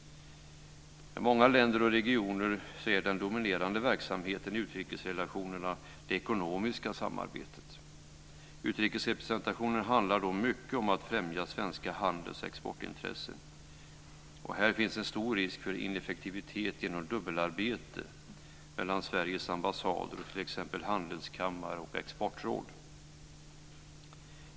Med många länder och regioner är det ekonomiska samarbetet den dominerande verksamheten i utrikesrelationerna. Utrikesrepresentationen handlar då mycket om att främja svenska handels och exportintressen. Här finns en stor risk för ineffektivitet genom dubbelarbete mellan Sveriges ambassader och t.ex.